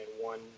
one